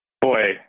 Boy